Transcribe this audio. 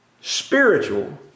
spiritual